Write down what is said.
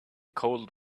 cold